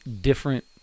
different